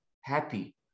happy